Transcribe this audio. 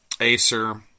Acer